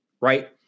right